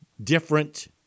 Different